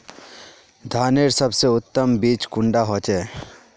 धानेर सबसे उत्तम बीज कुंडा होचए?